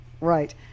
Right